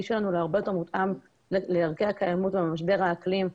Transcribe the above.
שלנו להרבה יותר מותאם לערכי הקיימות במשבר האקלים,